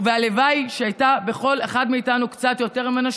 והלוואי שהייתה בכל אחד מאיתנו קצת יותר ממנה.